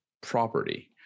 property